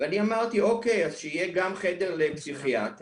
אני אמרתי אוקיי, אז שיהיה גם חדר לפסיכיאטר